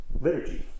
liturgy